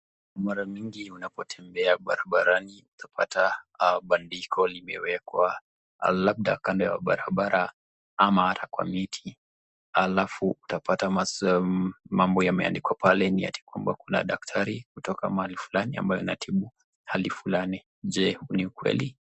Mara mingi unapotembea barabarani utapata bandiko limewekwa labda kando ya barabara ama ata kwa miti alafu utapata mambo yameandikwa pale ni ati kwamba kuna daktari kutoka mahali fulani ambaye anatibu hali fulani. Je, ni ukweli?